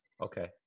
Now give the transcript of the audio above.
Okay